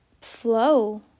flow